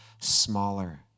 smaller